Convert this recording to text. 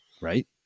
right